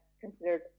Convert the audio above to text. considered